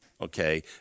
Okay